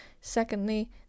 secondly